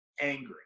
angry